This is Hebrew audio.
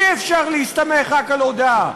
אי-אפשר להסתמך רק על הודאה.